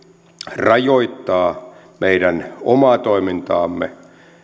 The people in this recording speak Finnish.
rajoittaa meidän omaa toimintaamme